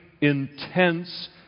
intense